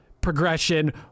progression